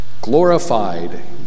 glorified